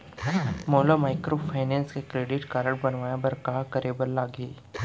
मोला माइक्रोफाइनेंस के credit card बनवाए बर का करे बर लागही?